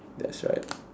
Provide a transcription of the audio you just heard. that's right